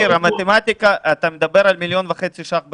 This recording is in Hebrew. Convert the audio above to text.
אתה מדבר על מיליון וחצי שקלים בשנה.